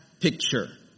picture